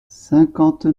cinquante